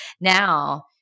Now